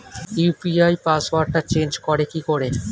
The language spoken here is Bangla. ইউ.পি.আই পাসওয়ার্ডটা চেঞ্জ করে কি করে?